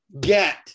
get